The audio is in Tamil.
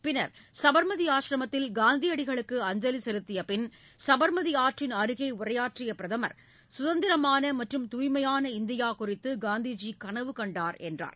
பின்னர் சபா்மதி ஆசிரமத்தில் காந்தியடிகளுக்கு அஞ்சலி செலுத்திய பின் சபா்மதி ஆற்றின் அருகே உரையாற்றிய பிரதமா் சுதந்திரமான மற்றும் தூய்மையான இந்தியா குறித்து காந்திஜி கனவு கண்டார் என்று கூறினார்